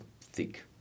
thick